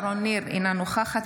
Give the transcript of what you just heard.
אינו נוכח שרון ניר,